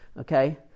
Okay